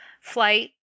flight